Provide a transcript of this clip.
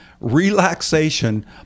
relaxation